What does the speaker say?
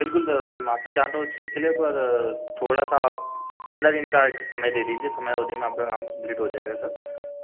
बिलकुल सर मैं माफ़ी चाहता हूँ इस चीज़ के लिए पर थोड़ा सा आप पंद्रह दिन का समय दे दीजिए समय अवधि में आपका काम कम्प्लीट हो जाएगा सर